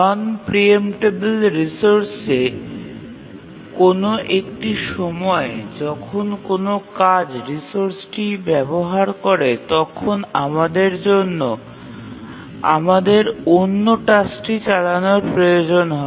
নন preemptable রিসোর্সে কোন একটি সময়ে যখন কোনও কাজ রিসোর্সটি ব্যবহার করে তখন আমাদের অন্য টাস্কটি চালানোর প্রয়োজন হয়